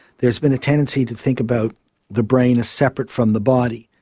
there has been a tendency to think about the brain as separate from the body,